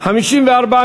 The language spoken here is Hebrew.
סיעת ש"ס,